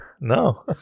No